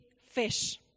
fish